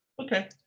Okay